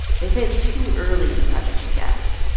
they say it's too early in the project to guess.